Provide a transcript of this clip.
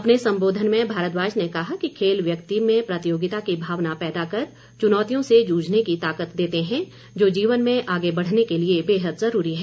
अपने संबोधन में सुरेश भारद्वाज ने कहा कि खेल व्यक्ति में प्रतियोगिता की भावना पैदा कर चुनौतियों से जूझने की ताकत देते हैं जो जीवन में आगे बढ़ने के लिए बेहद ज़रूरी है